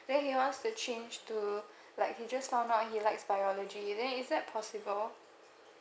then he wants to change to like he just found out he likes biology then is that possible